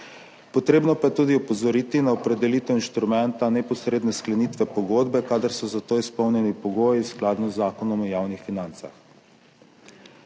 treba pa je opozoriti tudi na opredelitev inštrumenta neposredne sklenitve pogodbe, kadar so za to izpolnjeni pogoji, skladno z Zakonom o javnih financah.